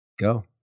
Go